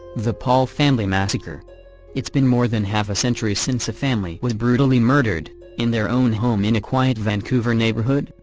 the paul family massacre it's been more than half a century since a family was brutally murdered in their own home in a quiet vancouver neighbourhood,